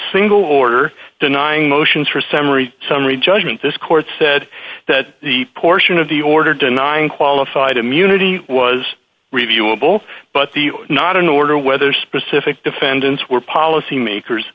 single order denying motions for summary summary judgment this court said that the portion of the order denying qualified immunity was reviewable but the not an order whether specific defendants were policymakers